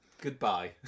goodbye